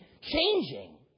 changing